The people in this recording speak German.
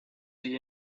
sie